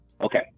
Okay